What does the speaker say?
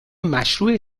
مشروح